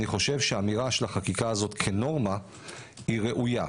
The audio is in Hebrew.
לדעתי, האמירה של החקיקה הזאת כנורמה היא ראויה.